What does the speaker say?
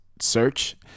search